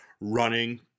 running